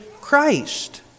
Christ